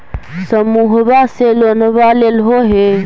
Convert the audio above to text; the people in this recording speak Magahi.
समुहवा से लोनवा लेलहो हे?